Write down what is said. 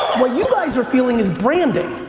what you guys are feeling is branding.